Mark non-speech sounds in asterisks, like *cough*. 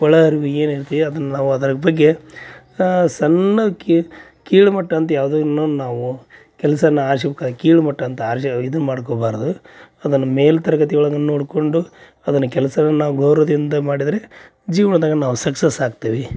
ಒಳಅರಿವಿ ಏನೈತಿ ಅದನ್ನ ನಾವು ಅದರ ಬಗ್ಗೆ ಸಣ್ಣಾಕಿ ಕೀಳು ಮಟ್ಟ ಅಂತ ಯಾವುದೂ ಇನ್ನೋಂದ್ ನಾವು ಕೆಲಸಾನ *unintelligible* ಕೀಳು ಮಟ್ಟ ಆರ್ಸಿ ಇದು ಮಾಡ್ಕೋಬಾರದು ಅದನ್ನ ಮೇಲೆ ತರಗತಿ ಒಳಗೆ ನೋಡ್ಕೊಂಡು ಅದನ್ನ ಕೆಲಸಗಳನ್ನ ಗೌರವದಿಂದ ಮಾಡಿದರೆ ಜೀವನದಾಗ ನಾವು ಸಕ್ಸಸ್ ಆಗ್ತೀವಿ